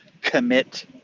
commit